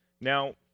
Now